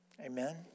Amen